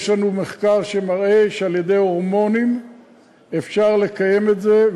יש לנו מחקר שמראה שעל-ידי הורמונים אפשר לקיים את זה,